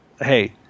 hey